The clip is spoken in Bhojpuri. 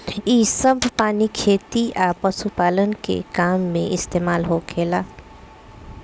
इ सभ पानी खेती आ पशुपालन के काम में इस्तमाल होखेला